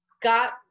got